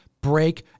Break